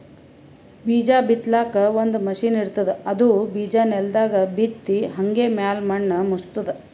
ಬೀಜಾ ಬಿತ್ತಲಾಕ್ ಒಂದ್ ಮಷಿನ್ ಇರ್ತದ್ ಅದು ಬಿಜಾ ನೆಲದಾಗ್ ಬಿತ್ತಿ ಹಂಗೆ ಮ್ಯಾಲ್ ಮಣ್ಣ್ ಮುಚ್ತದ್